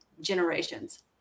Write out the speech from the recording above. generations